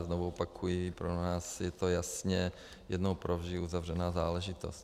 Znovu opakuji, pro nás je to jasně jednou provždy uzavřená záležitost.